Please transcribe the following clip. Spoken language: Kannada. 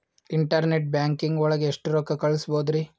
ಇಂಟರ್ನೆಟ್ ಬ್ಯಾಂಕಿಂಗ್ ಒಳಗೆ ಎಷ್ಟ್ ರೊಕ್ಕ ಕಲ್ಸ್ಬೋದ್ ರಿ?